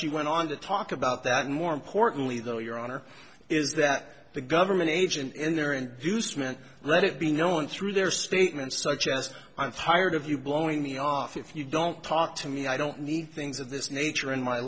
she went on to talk about that and more importantly though your honor is that the government agent enter and goostman right it be known through their statements such as i'm tired of you blowing me off if you don't talk to me i don't need things of this nature in my